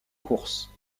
course